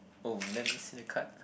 oh let me see the card